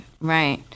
right